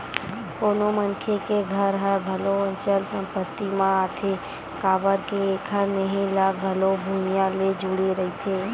कोनो मनखे के घर ह घलो अचल संपत्ति म आथे काबर के एखर नेहे ह घलो भुइँया ले जुड़े रहिथे